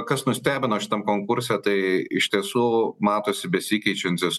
kas nustebino šitam konkurse tai iš tiesų matosi besikeičiantis